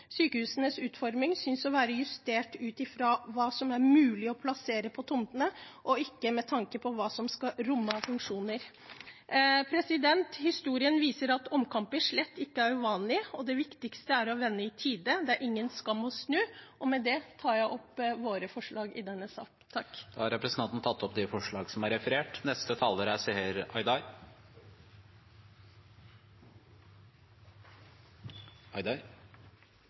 utforming synes å være justert ut fra hva som er mulig å plassere på tomtene, og ikke med tanke på hva de skal romme av funksjon.» Historien viser at omkamper slett ikke er uvanlig, og det viktigste er å vende i tide, det er ingen skam å snu. Med det tar jeg opp forslaget fra SV, Rødt og Pasientfokus. Da har representanten Marian Hussein tatt opp det forslaget hun refererte til. Det er helt riktig som det er